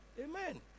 Amen